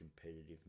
competitive